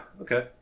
okay